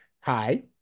hi